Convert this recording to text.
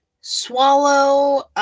swallow